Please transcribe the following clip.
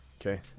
okay